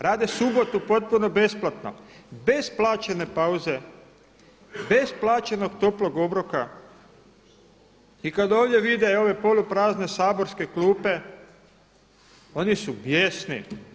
Rade subotu potpuno besplatno, bez plaćene pauze, bez plaćenog toplog obroka, i kad ovdje vide ove poluprazne saborske klupe oni su bijesni.